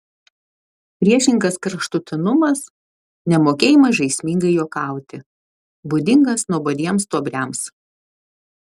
priešingas kraštutinumas nemokėjimas žaismingai juokauti būdingas nuobodiems stuobriams